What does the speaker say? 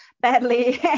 badly